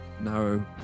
narrow